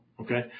Okay